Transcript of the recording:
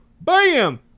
Bam